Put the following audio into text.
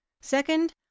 Second